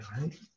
right